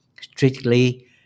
strictly